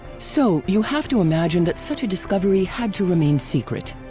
so, you have to imagine that such a discovery had to remain secret.